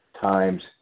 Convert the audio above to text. times